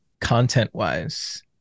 content-wise